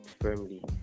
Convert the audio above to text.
firmly